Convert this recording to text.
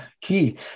key